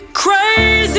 crazy